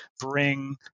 bring